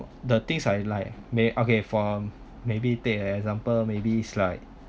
the things I like may okay from maybe take an example maybe it's like